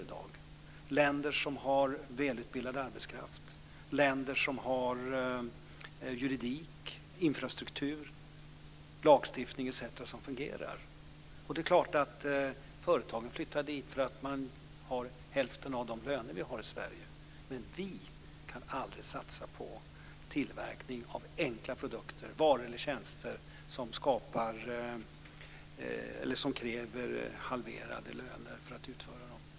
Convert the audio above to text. Det är länder med välutbildad arbetskraft, juridik, infrastruktur, lagstiftning etc. som fungerar. Företagen flyttar dit därför att lönerna är hälften så höga som i Sverige. Vi kan aldrig satsa på tillverkning av enkla produkter, varor eller tjänster, där det krävs en halvering av lönerna.